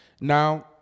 Now